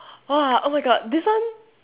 !wah! oh my god this one